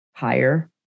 higher